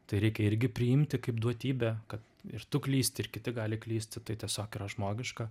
tai reikia irgi priimti kaip duotybę kad ir tu klysti ir kiti gali klysti tai tiesiog yra žmogiška